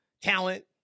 talent